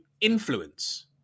influence